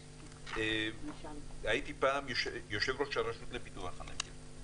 הייתי פעם יושב-ראש הרשות לפיתוח הנגב.